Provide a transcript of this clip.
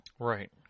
right